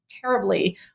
terribly